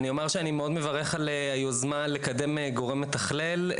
אני אומר שאני מאוד מברך על היוזמה לקדם גורם מתכלל.